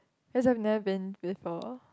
cause I've never been before